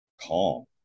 calm